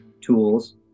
tools